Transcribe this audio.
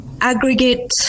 aggregate